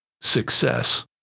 success